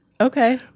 Okay